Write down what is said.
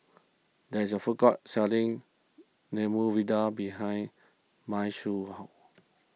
there is a food court selling Medu Vada behind Mai's house